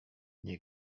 nie